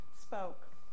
spoke